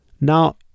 Now